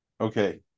Okay